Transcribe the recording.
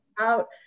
out